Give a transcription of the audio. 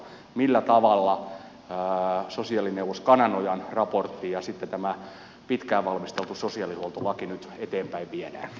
millä tavalla sosiaalineuvos kananojan raportti ja sitten tämä pitkään valmisteltu sosiaalihuoltolaki nyt eteenpäin viedään